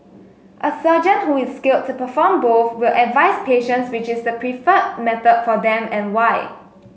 a surgeon who is skilled to perform both will advise patients which is the preferred method for them and why